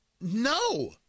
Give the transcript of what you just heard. No